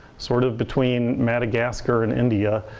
sort of between madagascar and india.